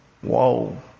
Whoa